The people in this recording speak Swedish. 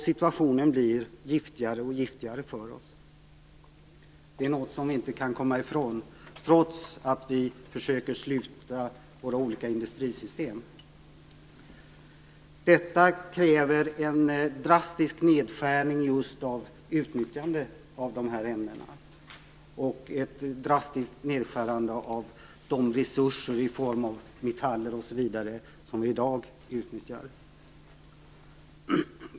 Situationen blir giftigare och giftigare för oss. Det är något som vi inte kan komma ifrån trots att vi försöker sluta våra olika industrisystem. Detta kräver en drastisk nedskärning av utnyttjandet av dessa ämnen och en drastisk nedskärning när det gäller de resurser i form av metaller och liknande som vi i dag utnyttjar.